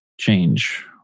change